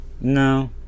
No